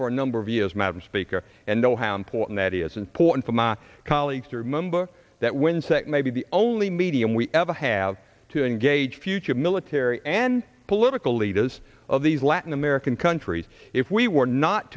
for a number of years madam speaker and know how important that is important for my colleagues to remember that when sec may be the only medium we ever have to engage future military and political leaders of these latin american countries if we were not